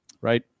right